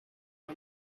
run